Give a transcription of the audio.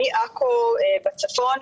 מעכו בצפון,